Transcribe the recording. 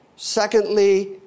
Secondly